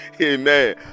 Amen